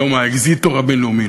יום האקזיטור הבין-לאומי,